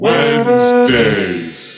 Wednesdays